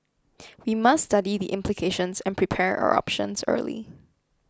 we must study the implications and prepare our options early